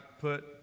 put